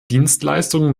dienstleistungen